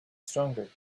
stronger